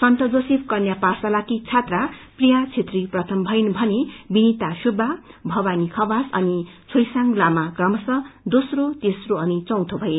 जसमा सन्त जोसेफ कन्या पाठशालाकी छात्रा प्रिया छेत्री प्रथम भइन् भने बिनीता सुब्बा भवानी खवास अनि छोइसाङ लामा कमश दोस्रो तेस्रो अनि चौथो भए